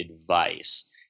advice